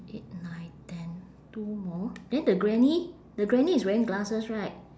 eight nine ten two more then the granny the granny is wearing glasses right